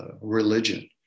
religion